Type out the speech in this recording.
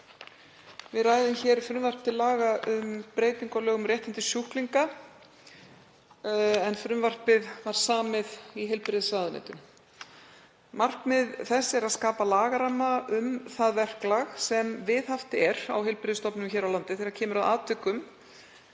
Við ræðum frumvarp til laga um breytingu á lögum um réttindi sjúklinga, en frumvarpið var samið í heilbrigðisráðuneytinu. Markmið þess er að skapa lagaramma um það verklag sem viðhaft er á heilbrigðisstofnunum hér á landi þegar kemur að atvikum